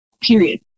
Period